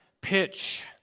pitch